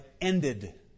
ended